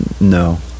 No